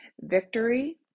Victory